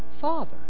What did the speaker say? Father